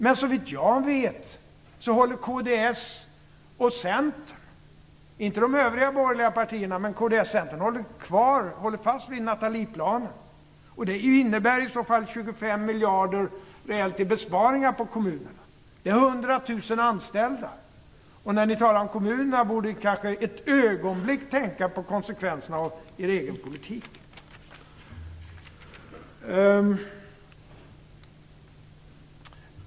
Men såvitt jag vet håller kds och Centern, inte de övriga borgerliga partierna, fast vid Nathalieplanen. Det innebär i så fall reellt 25 miljarder i besparingar för kommunerna. Det gäller då 100 000 anställda. När ni talar om kommunerna borde ni kanske för ett ögonblick tänka på konsekvenserna av er egen politik.